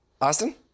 Austin